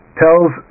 tells